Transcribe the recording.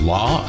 Law